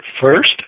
first